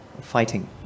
fighting